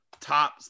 top